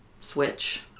switch